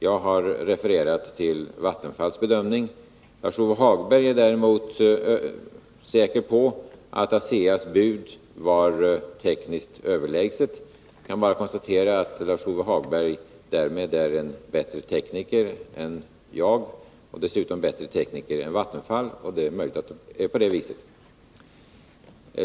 Jag har alltså refererat till Vattenfalls bedömning. Lars-Ove Hagberg är däremot säker på att ASEA:s bud var tekniskt överlägset. Jag kan bara konstatera att Lars-Ove Hagberg därmed är en bättre tekniker än jag och dessutom en bättre tekniker än vad man är inom Vattenfall. Det är möjligt att det är på det viset.